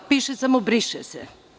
Piše samo – briše se.